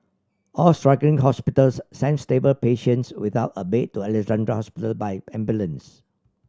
all struggling hospitals sent stable patients without a bed to Alexandra Hospital by ambulance